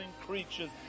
creatures